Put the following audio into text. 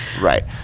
right